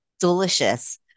Delicious